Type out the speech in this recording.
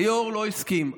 היו"ר לא הסכים.